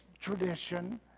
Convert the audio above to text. tradition